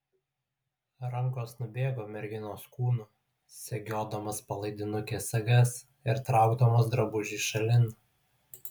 rankos nubėgo merginos kūnu segiodamos palaidinukės sagas ir traukdamos drabužį šalin